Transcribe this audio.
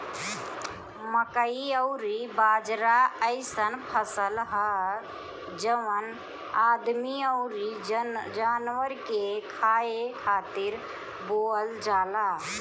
मकई अउरी बाजरा अइसन फसल हअ जवन आदमी अउरी जानवर के खाए खातिर बोअल जाला